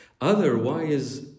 Otherwise